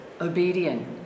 obedient